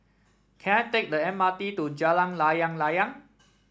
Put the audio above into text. can I take the M R T to Jalan Layang Layang